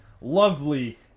lovely